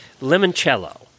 limoncello